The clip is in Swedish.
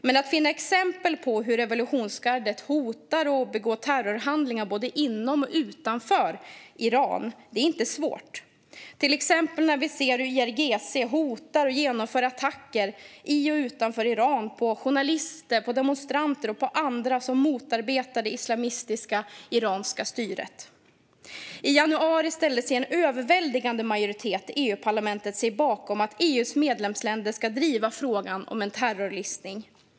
Men att finna exempel på hur revolutionsgardet hotar och begår terrorhandlingar både inom och utanför Iran är inte svårt, till exempel när vi ser hur IRGC hotar att genomföra attacker i och utanför Iran på journalister, demonstranter och andra som motarbetar det islamistiska iranska styret. I januari ställde sig en överväldigande majoritet i EU-parlamentet bakom att EU:s medlemsländer ska driva frågan om en terrorlistning.